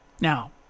Now